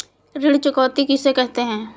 ऋण चुकौती किसे कहते हैं?